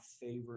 favorite